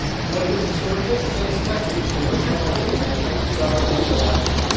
if you want to give us a story tip or send us questions, we're planetmoney at npr dot o r g.